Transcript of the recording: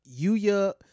Yuya